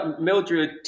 Mildred